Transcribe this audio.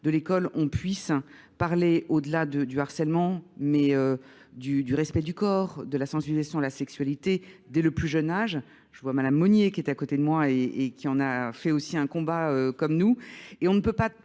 de l'école, on puisse parler au-delà du harcèlement. du respect du corps, de la sensibilisation à la sexualité dès le plus jeune âge. Je vois Mme Monnier qui est à côté de moi et qui en a fait aussi un combat comme nous. Et on ne peut pas